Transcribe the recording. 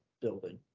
building